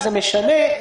זה משנה.